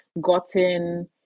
gotten